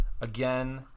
again